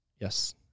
Yes